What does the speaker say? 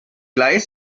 gleich